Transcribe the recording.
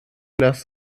das